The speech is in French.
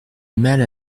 mal